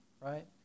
Right